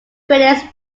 credits